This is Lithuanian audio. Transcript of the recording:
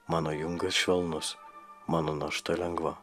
mano jungas švelnus mano našta lengva